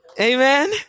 Amen